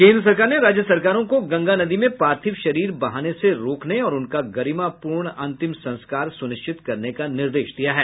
केन्द्र सरकार ने राज्य सरकारों को गंगा नदी में पार्थिव शरीर बहाने से रोकने और उनका गरिमापूर्ण अंतिम संस्कार सुनिश्चित करने का निर्देश दिया है